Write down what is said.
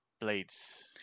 Blades